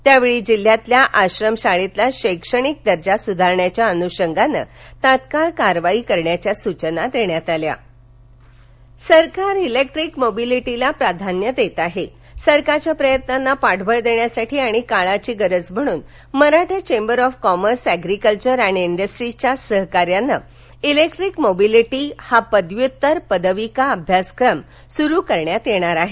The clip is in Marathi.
यावेळी जिल्ह्यातील आश्रमशाळेतला शैक्षणिक दर्जा सुधारण्याच्या अनुषंगानं तात्काळ कार्यवाही करण्याच्या सुचना त्यांनी दिल्या अभ्यासक्रम सरकार इलेक्ट्रिक मोबिलिटी ला प्राधान्य देत आहे सरकारच्या प्रयत्नांना पाठबळ देण्यासाठी आणि काळाची गरज म्हणून Maratha chamber of commerce agriculture and इंडस्ट्रीजच्या सहकार्यानं इलेक्ट्रिक मोबिलिटी हा पदव्युत्तर पदविका अभ्यासक्रम सुरू करण्यात येणार आहे